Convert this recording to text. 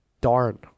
darn